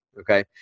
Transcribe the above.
Okay